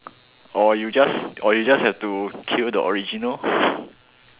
or you just or you just have to kill the original lor